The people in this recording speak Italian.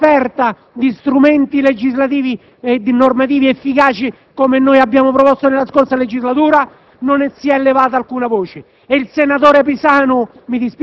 Allora, nonostante l'offerta di strumenti normativi efficaci, come abbiamo proposto nella scorsa legislatura, non si è levata alcuna voce.